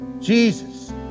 Jesus